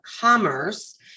Commerce